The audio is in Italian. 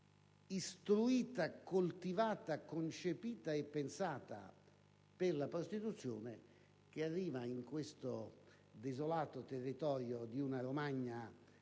istruita, coltivata, concepita e pensata per la prostituzione, che arriva in questo desolato territorio di una Romagna